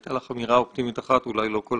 הייתה לך אמירה אופטימית אחת ואולי לא כל